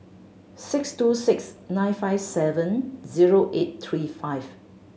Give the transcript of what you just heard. six two six nine five seven zero eight three five